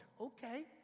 okay